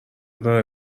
داره